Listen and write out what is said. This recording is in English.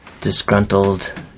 disgruntled